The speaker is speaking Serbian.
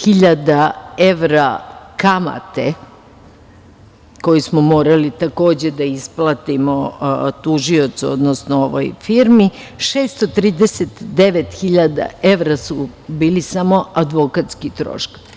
hiljada evra kamate koju smo morali takođe da isplatimo tužiocu, odnosno ovoj firmi, a 639 hiljada evra su bili samo advokatski troškovi.